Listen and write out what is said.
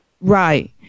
Right